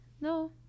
no